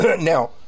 Now